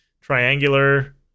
triangular